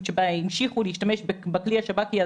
שבה המשיכו להשתמש בכלי של השב"כ.